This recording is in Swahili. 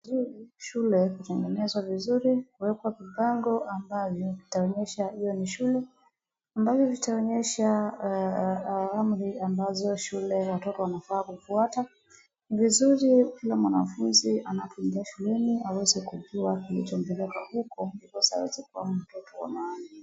Ni vizuri shule kutengenezwa vizuri. Kuwekwa vipango ambavyo vitaonyesha hiyo ni shule. Ambavyo vitaonyesha amri ambazo shule watoto wanafaa kufuata. Ni vizuri kila mwanafunzi anapoingia shuleni aweze kujua kilichompeleka huko, ndiposa aweze kuwa mtoto wa maana.